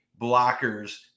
blockers